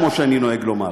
כמו שאני נוהג לומר.